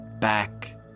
back